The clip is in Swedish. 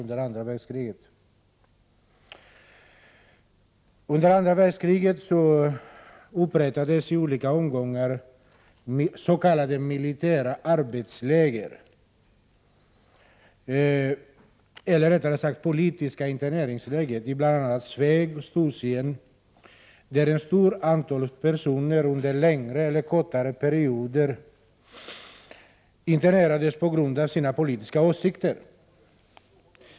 Under andra världskriget upprättades i olika omgångar s.k. militära arbetsläger, eller rättare sagt politiska interneringsläger i bl.a. Sveg och Storsien, där ett stort antal personer under längre eller kortare perioder internerades på grund av sina politiska åsikter.